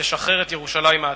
לשחרר את ירושלים העתיקה.